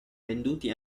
venduti